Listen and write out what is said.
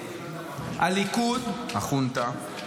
הליכוד, החונטה,